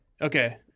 Okay